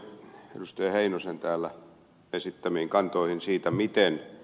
heinosen täällä esittämiin kantoihin siitä miten ed